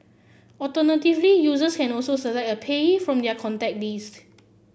alternatively users can also select a payee from their contact list